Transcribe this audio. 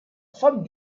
femme